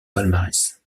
palmarès